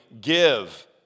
give